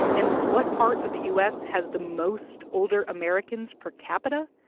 and what part of the u s. has the most older americans per capita?